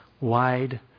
Wide